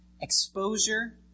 exposure